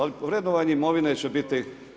Ali vrednovanje imovine će biti